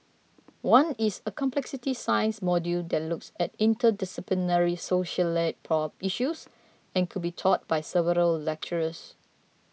one is a complexity science module that looks at interdisciplinary societal issues and could be taught by several lecturers